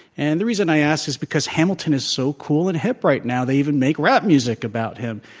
and the reason i ask is because hamilton is so cool and hip right now. they even make rap music about him.